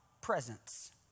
presence